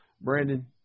Brandon